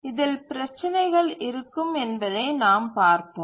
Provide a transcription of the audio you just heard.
இதில் பிரச்சினைகள் இருக்கும் என்பதை நாம் பார்ப்போம்